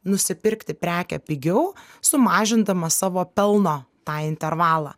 nusipirkti prekę pigiau sumažindamas savo pelno tą intervalą